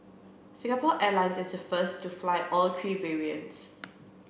Singapore Airlines is the first to fly all three variants